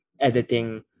editing